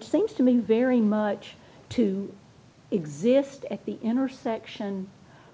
things to me very much to exist at the intersection